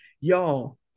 y'all